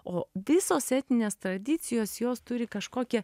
o visos etninės tradicijos jos turi kažkokią